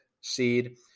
seed